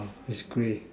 there's grey